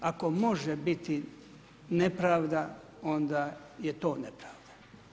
Ako može biti nepravda onda je to nepravda.